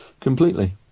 completely